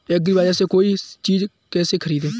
एग्रीबाजार से कोई चीज केसे खरीदें?